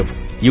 F U